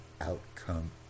outcome